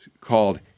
called